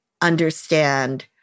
understand